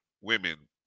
women